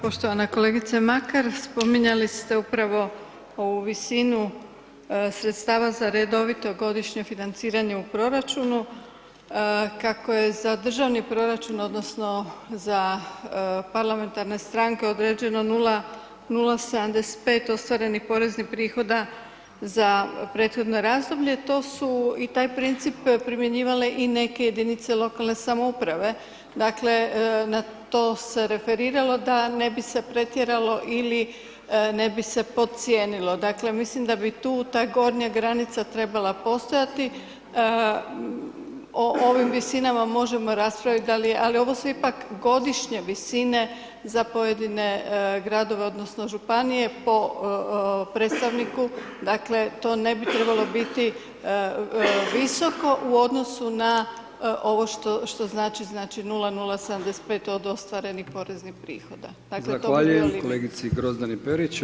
Poštovana kolegice Makar, spominjali ste upravo ovu visinu sredstava za redovito godišnje financiranje u proračunu, kako je za državni proračun odnosno za parlamentarne stranke određeno 0,075 ostvarenih poreznih prihoda za prethodno razdoblje to su i taj princip primjenjivale i neke jedinice lokalne samouprave dakle na to se referiralo da ne bi se pretjeralo ili ne bi se podcijenilo, dakle mislim da bi tu ta gornja granica trebala postojati, o ovim visinama možemo raspravljati ali ovo su ipak godišnje visine za pojedine gradove odnosno županije po predstavniku, dakle to ne bi trebalo biti visoko u odnosu na ovo što znači, znači 0,075 od ostvarenih poreznih prihoda [[Upadica: Zahvaljujem kolegici Grozdani Perić.]] dakle to bi bio limit.